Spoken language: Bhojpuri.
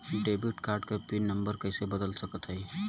डेबिट कार्ड क पिन नम्बर कइसे बदल सकत हई?